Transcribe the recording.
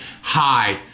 hi